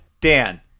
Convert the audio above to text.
Dan